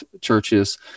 churches